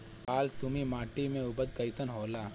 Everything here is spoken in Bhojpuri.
बालसुमी माटी मे उपज कईसन होला?